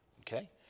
Okay